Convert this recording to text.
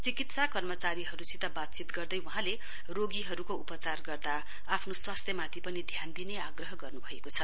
चिकीत्सा कर्मचारीहरूसित बातचीत गर्दै वहाँले रोगीहरूको उपचार गर्दा आफ्नो स्वास्थ्यमाथि पनि ध्यान दिने आग्रह गर्नुभएको छ